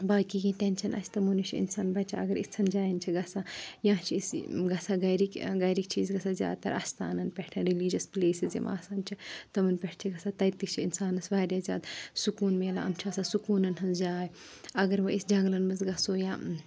باقٕے کینٛہہ ٹیٚنشَن آسہِ تٕمو نِش چھُ اِنسان بَچان اگر اِژھَن جایَن چھِ گژھان یا چھِ أسۍ گژھان گَرِکۍ گَرِکۍ چھِ أسۍ گژھان زیادٕ تَر اَستانَن پیٚٹھ ریٚلِجَس پٕلیسٕز یِم آسان چھِ تٕمَن پیٚٹھ چھِ گژھان تَتہِ تہِ چھِ اِنسانَس واریاہ زیادٕ سکوٗن مِلان یِم چھِ آسان سکوٗنَن ہٕنٛز جاے اَگَر وَ أسۍ جَنٛگلَن منٛز گَژھو یا